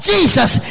Jesus